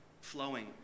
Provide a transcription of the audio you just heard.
flowing